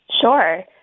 Sure